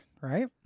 right